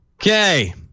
Okay